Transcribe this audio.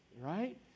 right